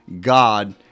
God